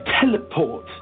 Teleport